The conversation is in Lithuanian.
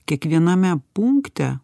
kiekviename punkte